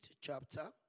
chapter